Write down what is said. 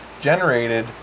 generated